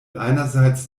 einerseits